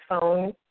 phone